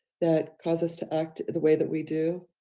that cause us to act the way that we do,